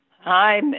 Hi